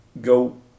go